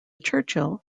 churchill